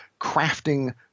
crafting